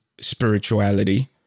Spirituality